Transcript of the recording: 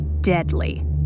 deadly